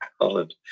Holland